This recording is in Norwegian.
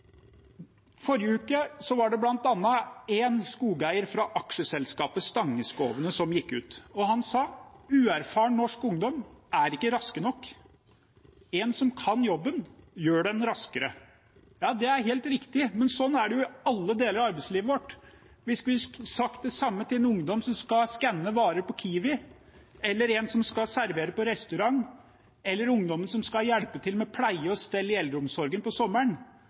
Forrige uke var det bl.a. en skogeier fra aksjeselskapet Stangeskovene som gikk ut og sa: Uerfaren norsk ungdom er ikke raske nok, en som kan jobben, gjør den raskere. Ja, det er helt riktig, men sånn er det jo i alle deler av arbeidslivet vårt. Vi kunne sagt det samme om en ungdom som skal skanne varer på Kiwi, eller en som skal servere på restaurant, eller ungdommen som skal hjelpe til med pleie og stell i eldreomsorgen på sommeren